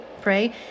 pray